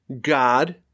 God